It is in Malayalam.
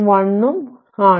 ഉം ആണ്